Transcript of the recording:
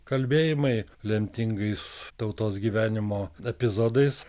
kalbėjimai lemtingais tautos gyvenimo epizodais